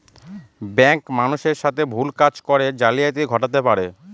bank মানুষের সাথে ভুল কাজ করে জালিয়াতি ঘটাতে পারে